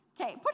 Okay